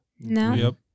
No